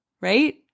Right